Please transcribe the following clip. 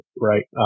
Right